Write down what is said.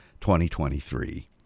2023